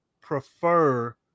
prefer